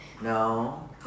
No